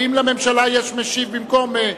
האם לממשלה יש משיב במקום?